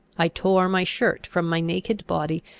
i tore my shirt from my naked body,